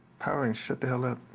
power and shut the hell up.